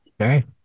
Okay